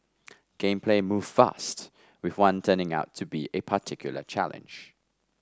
game play moved fast with one turning out to be a particular challenge